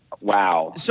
Wow